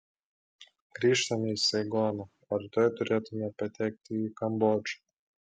grįžtame į saigoną o rytoj turėtume patekti į kambodžą